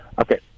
Okay